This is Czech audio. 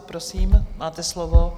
Prosím, máte slovo.